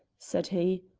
said he,